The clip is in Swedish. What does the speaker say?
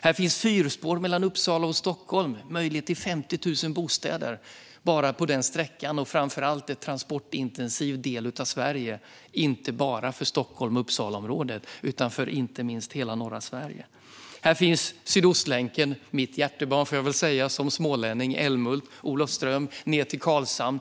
Här finns fyrspår mellan Uppsala och Stockholm och möjlighet till 50 000 bostäder bara på den sträckan. Framför allt är detta en transportintensiv del av Sverige, inte bara för Stockholms och Uppsalaområdet utan även för hela norra Sverige. Här finns Sydostlänken, som jag som smålänning väl får säga är mitt hjärtebarn: Älmhult, Olofström och ned till Karlshamn.